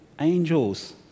angels